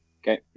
Okay